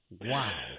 Wow